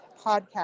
podcast